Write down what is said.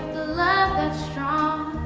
love that strong.